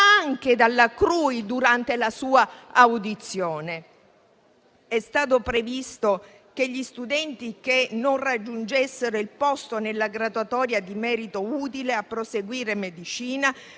anche dalla CRUI durante la sua audizione. È stato previsto che gli studenti che non raggiungessero il posto nella graduatoria di merito utile a proseguire medicina